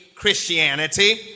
Christianity